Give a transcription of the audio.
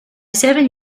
seven